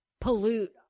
pollute